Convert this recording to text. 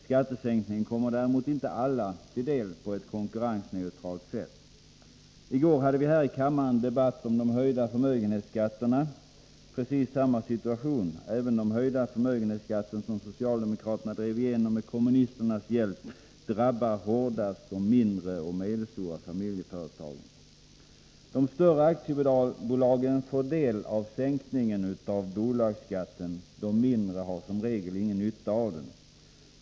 Skattesänkningen kommer däremot inte alla till del på ett konkurrensneutralt sätt. I går hade vi här i kammaren en debatt om de höjda förmögenhetsskatterna. Det var precis samma situation. Även den höjda förmögenhetsskatten som socialdemokraterna drev igenom med kommunisternas hjälp drabbar hårdast de mindre och medelstora familjeföretagen. De större aktiebolagen får del av sänkningen av bolagsskatten, de mindre har som regel ingen nytta av den.